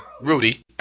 Rudy